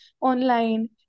online